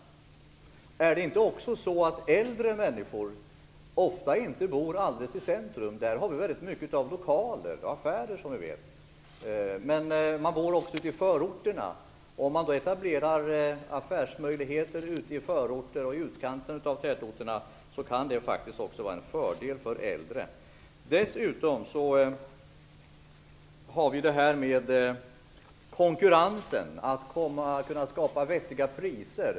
Är det inte också så att äldre människor sällan bor precis i centrum där det finns väldigt mycket lokaler och affärer? Man bor också i förorter. Om det då etableras affärsmöjligheter i förorter och i utkanterna av tätorterna kan det faktiskt vara en fördel också för äldre. En annan sak är konkurrensen, möjligheten att handla till vettiga priser.